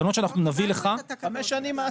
התקנות שאנחנו נביא לך --- מה עשיתם במשך חמש שנים.